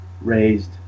raised